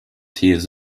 tiers